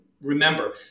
remember